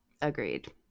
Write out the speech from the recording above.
Agreed